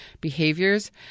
behaviors